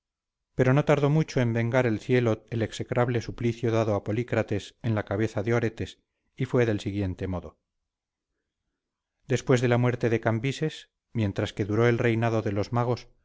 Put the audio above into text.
pero no tardó mucho en vengar el cielo el execrable suplicio dado a polícrates en la cabeza de oretes y fue del siguiente modo después de la muerte de cambises mientras que duró el reinado de los magos